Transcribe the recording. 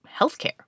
healthcare